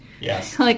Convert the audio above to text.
Yes